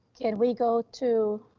can we go to?